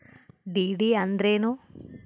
DD ಅಂದ್ರೇನು?